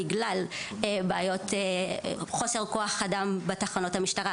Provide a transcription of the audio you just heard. בגלל בעיות של חוסר כוח אדם בתחנות המשטרה,